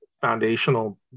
foundational